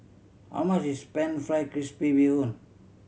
how much is Pan Fried Crispy Bee Hoon